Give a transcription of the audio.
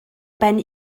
ben